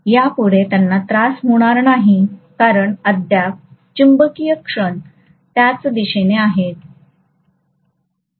तर यापुढे त्यांना त्रास होणार नाही कारण अद्याप चुंबकीय क्षण त्याच दिशेने आहे